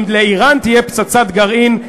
אם לאיראן תהיה פצצת גרעין,